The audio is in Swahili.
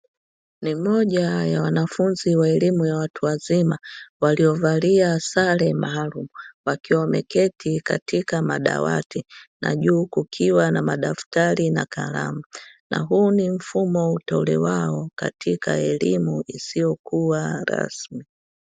Ni moja ya wanafunzi wa elimu ya watu wazima waliovalia sare maalumu, wakiwa wameketi katika madawati na juu kukiwa na madaftari na kalamu na huu ni mfumo utolewao katika elimu isiyokuwa rasmi.